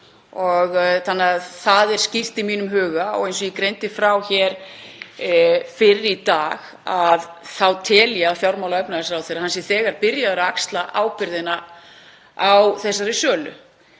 þannig að það er skýrt í mínum huga og eins og ég greindi frá hér fyrr í dag þá tel ég að fjármála- og efnahagsráðherra sé þegar byrjaður að axla ábyrgðina á þessari sölu.